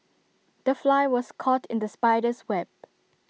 the fly was caught in the spider's web